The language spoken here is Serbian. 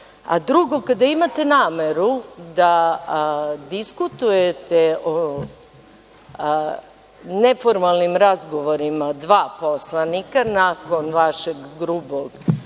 prvo. Drugo, kada imate nameru da diskutujete o neformalnim razgovorima dva poslanika nakon vašeg grubog prekidanja